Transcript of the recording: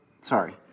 sorry